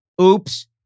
oops